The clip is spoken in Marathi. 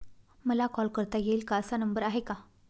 मला कॉल करता येईल असा नंबर आहे का?